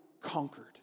conquered